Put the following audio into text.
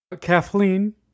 kathleen